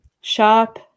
sharp